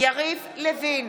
יריב לוין,